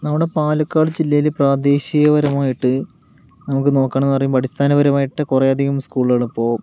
നമ്മുടെ പാലക്കാട് ജില്ലയിൽ പ്രാദേശിക പരമായിട്ട് നമുക്ക് നോക്കണം എന്നു പറയുമ്പോൾ അടിസ്ഥാനപരമായിട്ട് കുറേ അധികം സ്കൂളുകൾ ഇപ്പോൾ